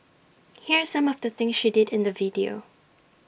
here are some of the things she did in the video